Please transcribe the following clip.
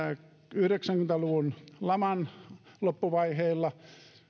yhdeksänkymmentä luvun laman loppuvaiheilla